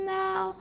now